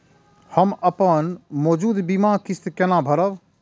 हम अपन मौजूद बीमा किस्त केना भरब?